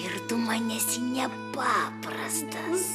ir tu man esi nepaprastas